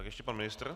Ještě pan ministr.